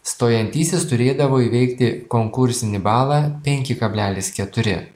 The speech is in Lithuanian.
stojantysis turėdavo įveikti konkursinį balą penki kablelis keturi